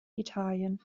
italien